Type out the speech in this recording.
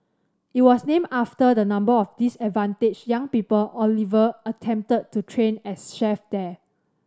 it was named after the number of disadvantaged young people Oliver attempted to train as chefs there